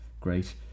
great